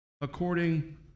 according